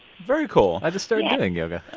very cool i just started doing yoga